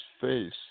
face